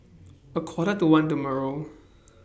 A Quarter to one tomorrow